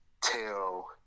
tell